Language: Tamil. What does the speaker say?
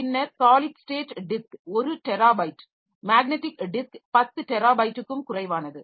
பின்னர் solid state disk 1 terabyte magnetic disk 10 டெராபைட்டுக்கும் குறைவானது